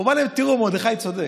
הוא אמר להם: תראו, מרדכי צודק.